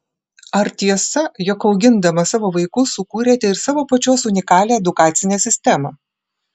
ar tiesa jog augindama savo vaikus sukūrėte ir savo pačios unikalią edukacinę sistemą